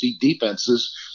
defenses